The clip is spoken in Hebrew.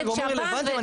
גורמים רלוונטיים.